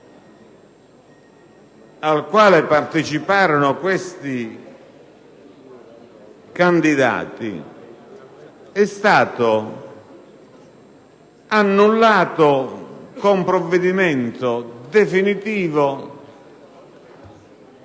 al quale parteciparono questi candidati è stato annullato con provvedimento definitivo